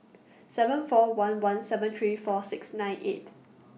seven four one one seven three four six nine eight